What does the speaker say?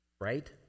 right